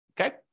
okay